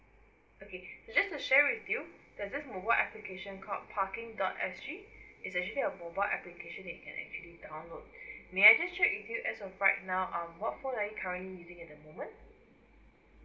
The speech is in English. okay just to share with you that's this mobile application called parking dot s g it's actually a mobile application that you can actually download may I just check with you as of right now um what phone are you currently using at the moment